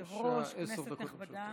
כבוד היושב-ראש, כנסת נכבדה,